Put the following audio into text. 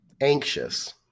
anxious